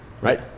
right